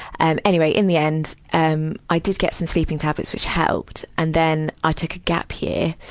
and anyway, in the end, um i did get some sleeping tablets, which helped. and then, i took a gap year.